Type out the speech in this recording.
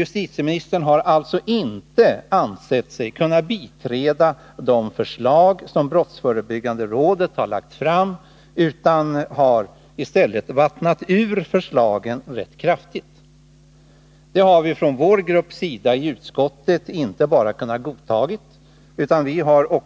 Justitieministern har alltså inte ansett sig kunna biträda de förslag som brottsförebyggande rådet har lagt fram, utan har i stället vattnat ur dem ganska kraftigt. Det har den socialdemokratiska gruppen i utskottet inte kunnat godta, utan vi har